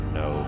no